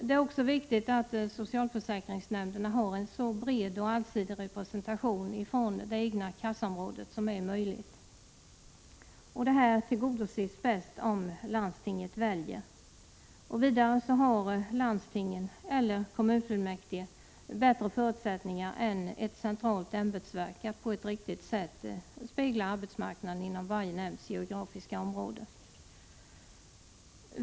Det är också viktigt att socialförsäkringsnämnderna har en så bred och så allsidig representation från det egna kassaområdet som möjligt. Detta tillgodoses bäst om landstinget väljer. Vidare har landstingen — eller kommunfullmäktige — bättre förutsättningar än ett centralt ämbetsverk att på ett riktigt sätt spegla arbetsmarknaden inom varje nämnds geografiska område.